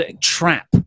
trap